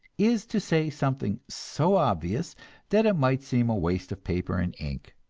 is to say something so obvious that it might seem a waste of paper and ink.